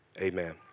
Amen